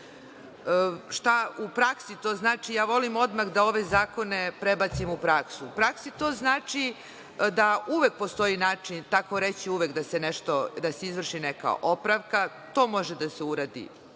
Šta u praksi to znači? Ja volim odmah da ove zakone prebacimo u praksu. U praksi to znači da uvek postoji način, tako reći uvek, da se izvrši neka opravka. To može da se uradi